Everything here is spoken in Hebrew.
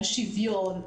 על שוויון.